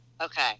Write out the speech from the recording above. Okay